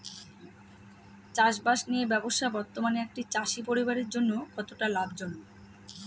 চাষবাষ নিয়ে ব্যবসা বর্তমানে একটি চাষী পরিবারের জন্য কতটা লাভজনক?